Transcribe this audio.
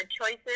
choices